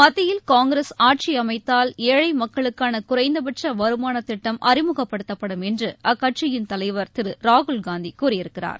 மத்தியில் காங்கிரஸ் ஆட்சி அமைத்தால் ஏழை மக்களுக்கான குறைந்தபட்ச வருமான திட்டம் அறிமுகப்படுத்தப்படும் என்று அக்கட்சியின் தலைவர் திரு ராகுல்காந்தி கூறியிருக்கிறார்